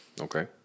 Okay